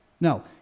No